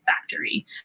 factory